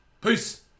peace